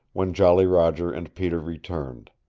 when jolly roger and peter returned.